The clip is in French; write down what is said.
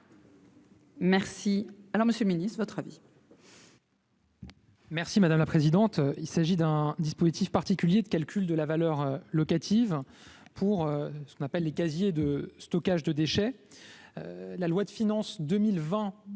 Merci, alors Monsieur le Ministre votre avis.